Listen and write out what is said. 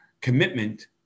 commitment